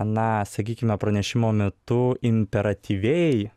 na sakykime pranešimo metu imperatyviai